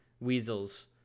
weasels